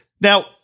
Now